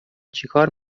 چیکار